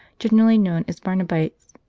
generally known as barnabites.